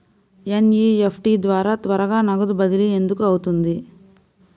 NEFT ద్వారా త్వరగా నగదు బదిలీ ఎందుకు అవుతుంది?